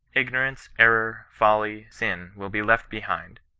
ignorance, error, folly, sin, will be left behind.